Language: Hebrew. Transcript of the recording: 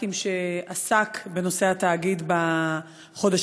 הח"כים שעסק בנושא התאגיד בחודשים,